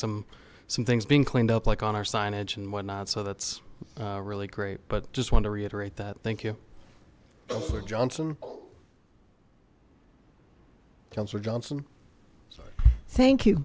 some some things being cleaned up like on our signage and whatnot so that's really great but just want to reiterate that thank you for johnson cancer johnson thank you